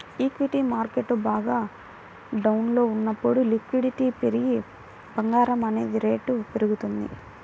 equity market బాగా డౌన్లో ఉన్నప్పుడు లిక్విడిటీ పెరిగి బంగారం అనేది రేటు పెరుగుతుంది